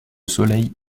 soleil